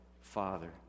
Father